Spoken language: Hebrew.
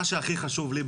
מה שהכי חשוב לי,